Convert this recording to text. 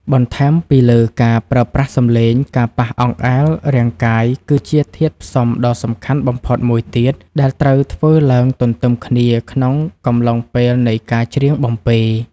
បន្ថែមពីលើការប្រើប្រាស់សំឡេង ការប៉ះអង្អែលរាងកាយគឺជាធាតុផ្សំដ៏សំខាន់បំផុតមួយទៀត ដែលត្រូវធ្វើឡើងទន្ទឹមគ្នាក្នុងកំឡុងពេលនៃការច្រៀងបំពេ។